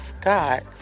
Scott